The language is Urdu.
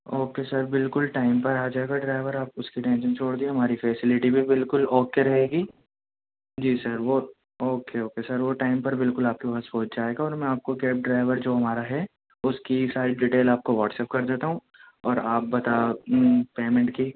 اوکے سر بالکل ٹائم پر آ جائے گا ڈرائیور آپ اس کی ٹینشن چھوڑ دیجیئے ہماری فیصلیٹی بھی بلکل اوکے رہے گی جی سر وہ اوکے اوکے سر وہ ٹائم پر بالکل آپ کے پاس پہنچ جایے گا اور میں آپ کو کیب ڈرائیور جو ہمارا ہیں اس کی ساری ڈیٹیل آپ کو واٹس ایپ کر دیتا ہوں اور آپ بتاؤ پیمینٹ کی